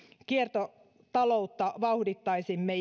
kiertotaloutta vauhdittaisimme